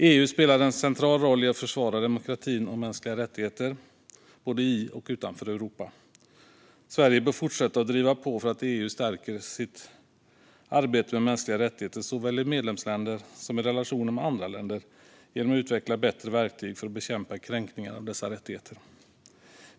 EU spelar en central roll i att försvara demokratin och mänskliga rättigheter, både i och utanför Europa. Sverige bör fortsätta att driva på för att EU ska stärka sitt arbete med mänskliga rättigheter, såväl i medlemsländer som i relationer med andra länder, genom att utveckla bättre verktyg för att bekämpa kränkningar av dessa rättigheter.